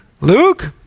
luke